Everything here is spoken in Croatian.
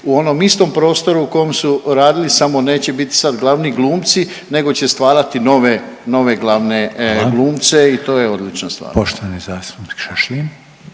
u onom istom prostoru u kom su radili samo neće biti sad glavni glumci nego će stvarati nove, nove glavne …/Upadica: Hvala./… glumce i to je odlična stvar.